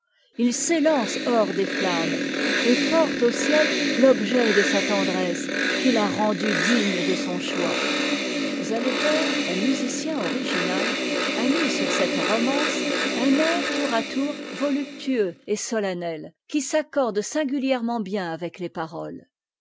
il s'élance hors des uammes et porte au ciel l'objet de sa tendresse qu'il a rendu digne de son choix zelter un musicien original a mis sur cette romance un air tour à tour voluptueux et solennel qui s'accorde singulièrement bien avec les paroles